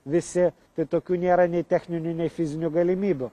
visi tai tokių nėra nei techninių nei fizinių galimybių